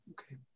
Okay